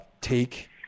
take